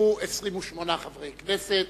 השתתפו 28 חברי כנסת,